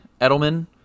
Edelman